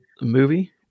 movie